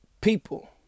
people